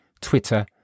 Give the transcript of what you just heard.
Twitter